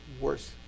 worse